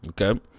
okay